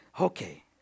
okay